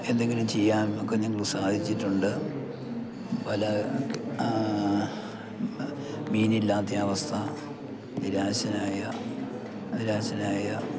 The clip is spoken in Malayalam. എന്തെങ്കിലും ചെയ്യാനൊക്കെ ഞങ്ങൾ സഹായിച്ചിട്ടുണ്ട് പല മീനില്ലാത്ത അവസ്ഥ നിരാശനായ നിരാശരായ